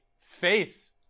face